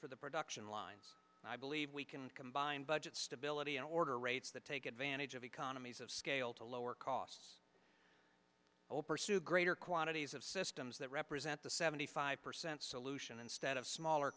for the production lines and i believe we can combine budget stability in order rates that take advantage of economies of scale to lower costs over sue greater quantities of systems that represent the seventy five percent solution instead of smaller